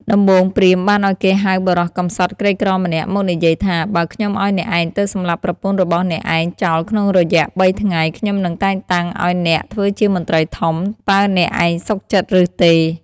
ដំបូងព្រាហ្មណ៍បានឲ្យគេហៅបុរសកម្សត់ក្រីក្រម្នាក់ មកនិយាយថា បើខ្ញុំឲ្យអ្នកឯងទៅសម្លាប់ប្រពន្ធរបស់អ្នកឯងចោលក្នុងរយៈបីថ្ងៃ ខ្ញុំនឹងតែងតាំងឲ្យអ្នកធ្វើជាមន្ត្រីធំ តើអ្នកឯងសុខចិត្តឬទេ ?